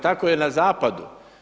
Tako je na zapadu.